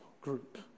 group